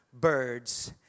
birds